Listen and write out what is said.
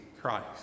Christ